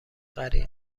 غریق